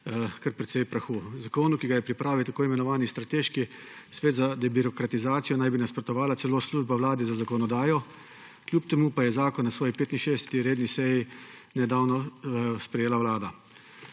kar precej prahu. Zakonu, ki ga je pripravil tako imenovani Strateški svet za debirokratizacijo, naj bi nasprotovala celo Služba Vlade za zakonodajo, kljub temu pa je zakon na svoji 65. redni seji nedavno sprejela vlada.